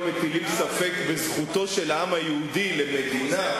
מטילים ספק בזכותו של העם היהודי למדינה,